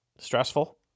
Stressful